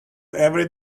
every